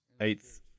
eighth